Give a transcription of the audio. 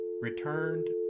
returned